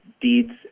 deeds